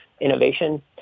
innovation